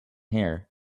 hair